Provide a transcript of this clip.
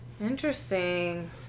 Interesting